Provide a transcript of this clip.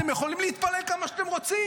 אתם יכולים להתפלל כמה שאתם רוצים.